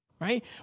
right